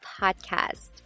Podcast